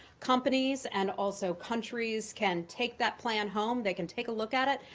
companies and also countries can take that plan home, they can take a look at it,